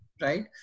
right